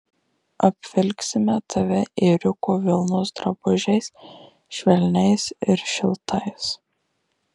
apvilksime tave ėriuko vilnos drabužiais švelniais ir šiltais